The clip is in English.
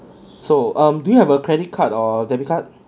so um do you have a credit card or debit card